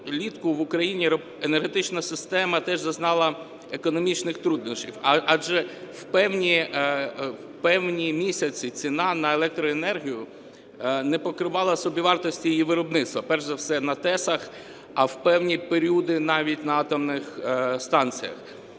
влітку в Україні енергетична система теж зазначала економічних труднощів. Адже в певні місяці ціна на електроенергію не покривала собівартості її виробництва, перш за все на ТЕС, а в певні періоди навіть на атомних станціях.